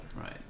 Right